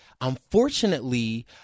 Unfortunately